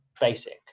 basic